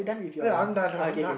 uh ya I'm done I'm done